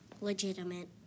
Legitimate